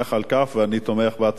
ואני תומך בהצעת החוק.